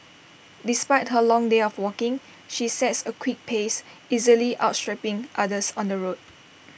despite her long day of walking she sets A quick pace easily outstripping others on the road